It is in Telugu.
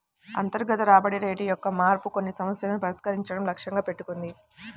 అంతర్గత రాబడి రేటు యొక్క మార్పు కొన్ని సమస్యలను పరిష్కరించడం లక్ష్యంగా పెట్టుకుంది